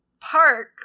park